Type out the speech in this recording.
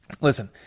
Listen